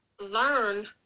learn